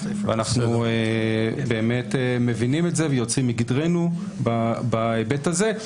אנחנו מבינים את זה ויוצאים מגדרנו בהיבט הזה.